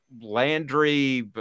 Landry